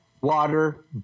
Water